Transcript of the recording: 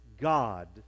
God